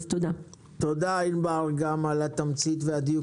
תודה, ענבר, גם על התמצית והדיוק.